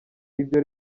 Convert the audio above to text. ibyo